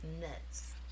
Nuts